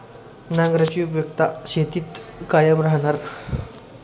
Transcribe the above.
नांगराची उपयुक्तता शेतीत कायम राहणार